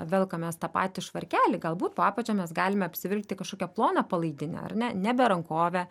velkamės tą patį švarkelį galbūt po apačia mes galime apsivilkti kažkokią ploną palaidinę ar ne ne berankovę